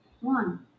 One